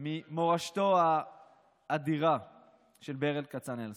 ממורשתו האדירה של ברל כצנלסון.